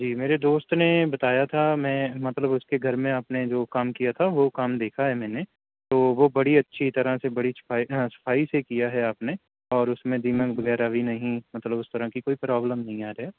جی میرے دوست نے بتایا تھا میں مطلب اس کے گھر میں آپ نے جو کام کیا تھا وہ کام دیکھا ہے میں نے تو وہ بڑی اچھی طرح سے بڑی صفائی سے کیا ہے آپ نے اور اس میں دیمک وغیرہ بھی نہیں مطلب اس طرح کی کوئی پرابلم نہیں آ رہا ہے